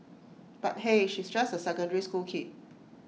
but hey she's just A secondary school kid